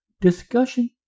discussion